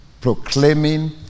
proclaiming